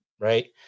right